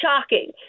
Shocking